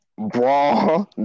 brawl